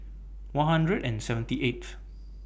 one hundred and seventy eighth